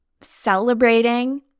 celebrating